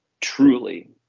truly